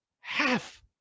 Half